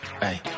Hey